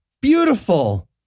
beautiful